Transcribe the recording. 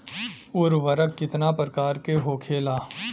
उर्वरक कितना प्रकार के होखेला?